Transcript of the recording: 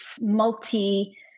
multi